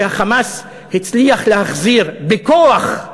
שה"חמאס" הצליח להחזיר בכוח,